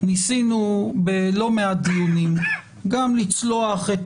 ניסינו בלא מעט דיונים גם לצלוח את